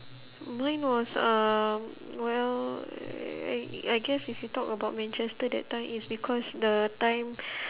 mine was uh well I I guess if you talk about manchester that time it's because the time